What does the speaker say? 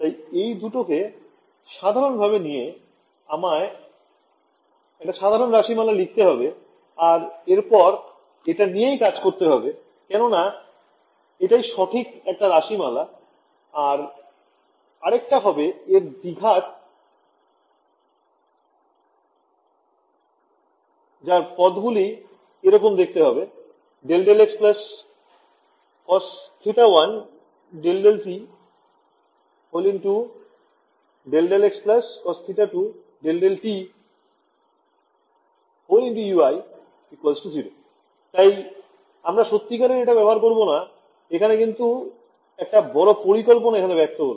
তাই এই দুটোকে সাধারনভাবে নিয়ে আমায় একটা সাধারন রাশিমালা লিখতে হবে আর এরপর এটা নিয়েই কাজ করতে হবে কেননা এতাই সঠিক একটা রাশিমালা আর আরেকটা হবে এর দ্বিঘাত জার পদ গুলি এরকম দেখতে হবে ∂ cos θ1 ∂∂ cos θ2 ∂ Ey 0 c ∂t ∂x c ∂t ∂x তাই আমরা সত্যিকারে এটা ব্যাবহার করব না এখানে কিন্তু একটা বড় পরিকল্পনা এখানে ব্যক্ত হল